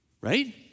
Right